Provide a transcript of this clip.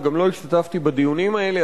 וגם לא השתתפתי בדיונים האלה,